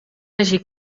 hagi